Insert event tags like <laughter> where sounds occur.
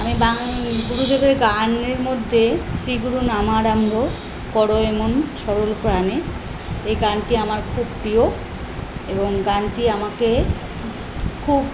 আমি গান গুরুদেবের গানের মধ্যে শ্রী গুরু <unintelligible> করো এমন স্মরণ প্রাণে এই গানটি আমার খুব প্রিয় এবং গানটি আমাকে খুব